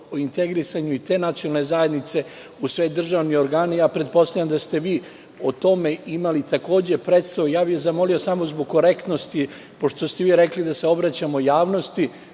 o integrisanju i te nacionalne zajednice u sve državne organe. Pretpostavljam da ste vi o tome takođe imali predstavu. Zamolio bih samo zbog korektnosti, pošto ste vi rekli da se obraćamo javnosti,